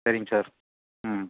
சரிங்க சார் ம்